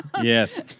Yes